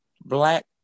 Black